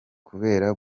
kubera